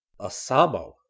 Asamo